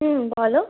হুম বলো